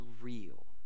real